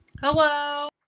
Hello